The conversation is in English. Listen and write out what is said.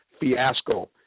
fiasco